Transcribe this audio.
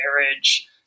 marriage